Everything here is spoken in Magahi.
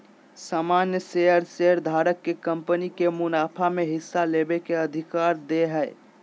सामान्य शेयर शेयरधारक के कंपनी के मुनाफा में हिस्सा लेबे के अधिकार दे हय